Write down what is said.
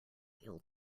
ill